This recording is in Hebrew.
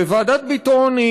ועדת ביטון,